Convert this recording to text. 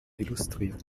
illustriert